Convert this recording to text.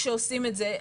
כשעושים את זה,